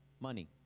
Money